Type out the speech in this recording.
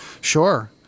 Sure